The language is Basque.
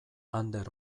ander